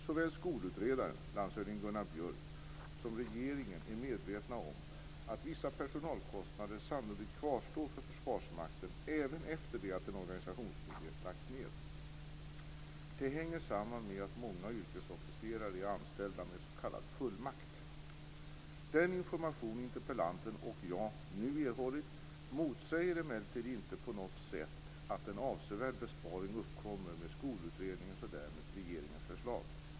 Såväl skolutredaren, landshövding Gunnar Björk, som regeringen är medvetna om att vissa personalkostnader sannolikt kvarstår för Försvarsmakten även efter det att en organisationsmyndighet lagts ned. Detta hänger samman med att många yrkesofficerare är anställda med s.k. fullmakt. Den information interpellanten och jag nu erhållit motsäger emellertid inte på något sätt att en avsevärd besparing uppkommer med Skolutredningens och därmed regeringens förslag.